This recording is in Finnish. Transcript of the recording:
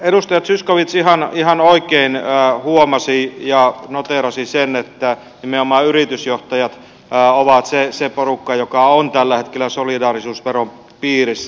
edustaja zyskowicz ihan oikein huomasi ja noteerasi sen että nimenomaan yritysjohtajat ovat se porukka joka on tällä hetkellä solidaarisuusveron piirissä